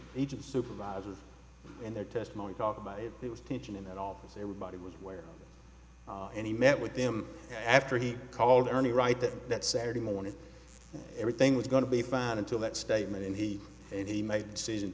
of supervisors in their testimony talk about if there was tension in that office everybody was where and he met with them after he called early right at that saturday morning everything was going to be fine until that statement and he and he made a decision